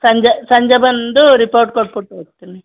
ಸಂಜೆ ಸಂಜೆ ಬಂದು ರಿಪೋರ್ಟ್ ಕೊಟ್ಬುಟ್ಟು ಹೋಗ್ತೀನಿ